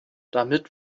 damit